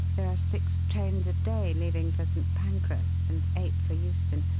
there are six trains a day leaving for st. pancras and eight for euston.